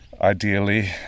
ideally